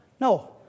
No